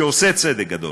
שעושה צדק גדול.